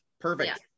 Perfect